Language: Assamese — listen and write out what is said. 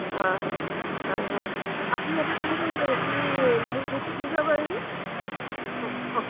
অঁ অঁ অঁ হয় আপুনি এটা কাম কৰিব হেৰি মোক জোখটো দি যাবহি অঁ অঁ